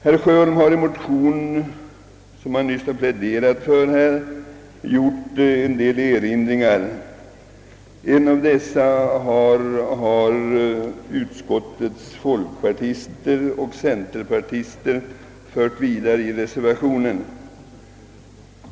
Herr Sjöholm har i en motion, som han nyss pläderat för, gjort en del erinringar mot förslaget. En av dessa har utskottets folkpartister och centerpartister fört vidare i sin reservation.